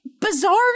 bizarre